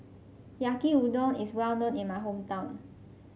Yaki Udon is well known in my hometown